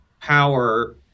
power